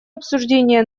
обсуждения